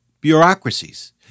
bureaucracies